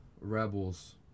Rebels